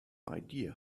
idea